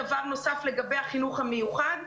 דבר נוסף, לגבי החינוך המיוחד.